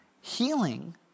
Healing